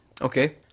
Okay